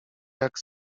jak